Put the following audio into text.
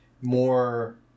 more